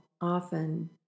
often